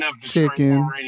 chicken